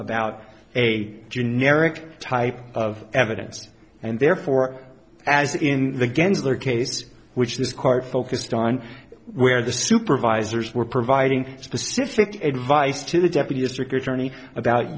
about a generic type of evidence and therefore as in the gensler case which this court focused on where the supervisors were providing specific advice to the deputy district attorney about